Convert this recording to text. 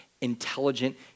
intelligent